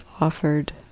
offered